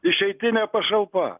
išeitinė pašalpa